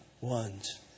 ones